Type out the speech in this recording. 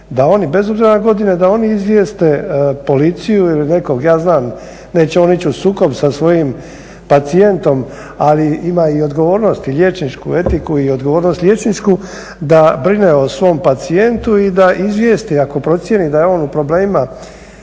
da oni bez obzira na godine, da oni izvijeste policiju ili nekog. Ja znam, neće on ići u sukob sa svojim pacijentom, ali ima i odgovornosti, liječničku etiku i odgovornost liječničku da brine o svom pacijentu i da izvijesti ako procijeni da je on u problemima,